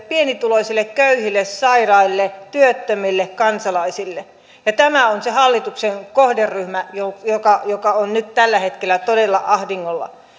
pienituloisille köyhille sairaille työttömille kansalaisille tämä on se hallituksen kohderyhmä joka joka on nyt tällä hetkellä todella ahdingossa